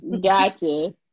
gotcha